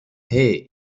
hey